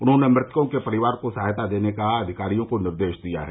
उन्होंने मृतकों के परिवार को सहायता देने का अधिकारियो को निर्देश दिया है